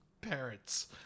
Parents